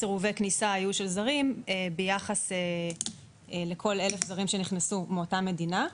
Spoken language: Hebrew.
סירובי הכניסה של זרים שהיו ביחס לכל 1,000 זרים שנכנסו מאותה מדינה.